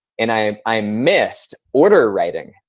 and i i missed order writing,